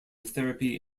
therapy